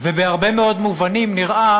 ובהרבה מאוד מובנים נראה